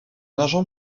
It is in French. agent